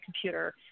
computer